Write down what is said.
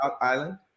island